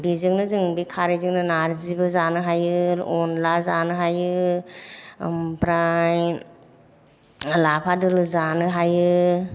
बेजोंनो जों बे खारैजोंनो नार्जिबो जानो हायो अनला जानो हायो ओमफ्राय लाफा दोलो जानो हायो